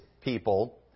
people